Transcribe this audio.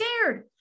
scared